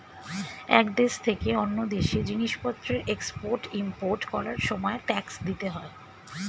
এক দেশ থেকে অন্য দেশে জিনিসপত্রের এক্সপোর্ট ইমপোর্ট করার সময় ট্যাক্স দিতে হয়